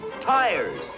tires